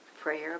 prayer